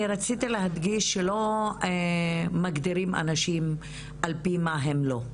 אני רציתי להדגיש שלא מגדירים אנשים על פי מה הם לא.